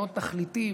מאוד תכליתי,